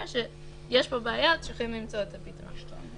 שיש פה בעיה וצריכים למצוא את הפתרון.